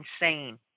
insane